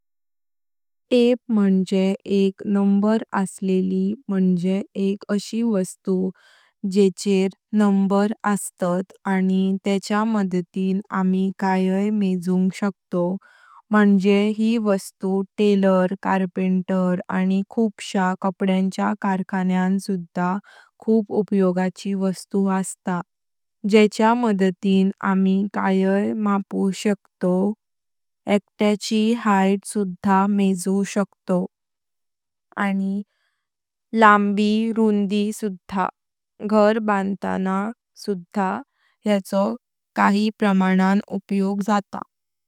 टेप माजे एक क्रमांक असलिली म्हणजे एक अशी वस्तु जेचेर क्रमांक अस्तात आणि तेच्य मदातिन आम्ही काये मेजुंग शकतो म्हणजे यी वस्तु टेलर, कारपेंटर, आणि खूप श्या कपड्यांच्या कारखान्यान सुद्धा खूप उपयोगाची वस्तु अस्त। जेच्य मदातिन आम्ही काये मापू शकतो एकट्याची हाइट सुद्धा मेजू शकतो आणि लंबी रुंदी सुद्धा। घर बंधताना सुद्धा येचो काही प्रमाणान उपयोग जात।